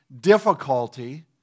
difficulty